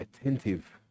attentive